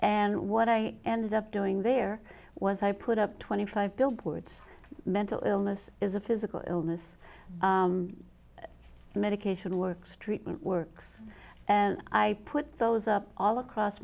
and what i ended up doing there was i put up twenty five billboards mental illness is a physical illness medication works treatment works and i put those up all across